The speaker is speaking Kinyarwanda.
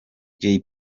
jay